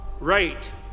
Right